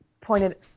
pointed